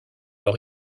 leur